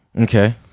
Okay